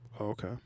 Okay